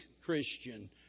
Christian